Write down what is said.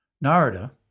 Narada